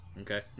Okay